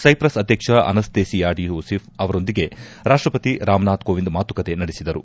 ಸ್ಟೆಪ್ರಸ್ ಅಧ್ಯಕ್ಷ ಅನಸ್ಡೇಸಿಯಾಡಿಸೋಫ್ ಅವರೊಂದಿಗೆ ರಾಷ್ವಪತಿ ರಾಮನಾಥ್ ಕೋವಿಂದ್ ಮಾತುಕತೆ ನಡೆಸಿದರು